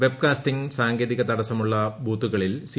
web കാസ്റ്റിംഗിന് സാങ്കേതിക തടസ്സമുള്ള ബൂത്തുകളിൽ സി